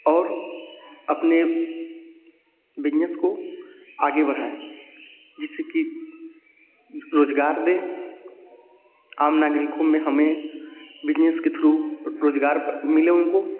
और अपने बिजनेस को आगे बढ़ाएँ जिससे कि रोज़गार दें आम नागरिकों में हमें बिजनेस के थ्रू रोज़गार मिले उनको